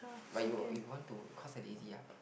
but you you want to cause I lazy ah but